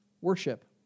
worship